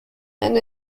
and